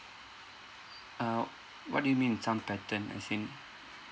uh what do you mean in some pattern as in